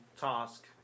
task